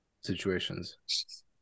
situations